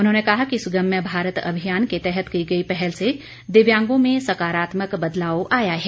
उन्होंने कहा कि सुगम्य भारत अभियान के तहत की गई पहल से दिव्यांगों में सकारात्मक बदलाव आया है